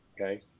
Okay